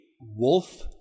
wolf